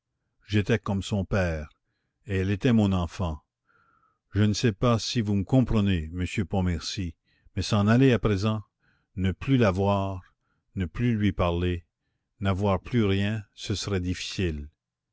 j'étais comme son père et elle était mon enfant je ne sais pas si vous me comprenez monsieur pontmercy mais s'en aller à présent ne plus la voir ne plus lui parler n'avoir plus rien ce serait difficile